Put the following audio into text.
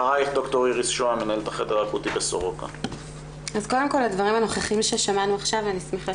אז קודם כל הדברים הנוכחיים ששמענו עכשיו ואני שמחה